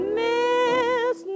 miss